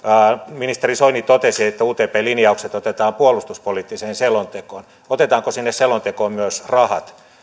ministeri soini totesi että utp linjaukset otetaan puolustuspoliittiseen selontekoon otetaanko sinne selontekoon myös rahat